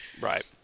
Right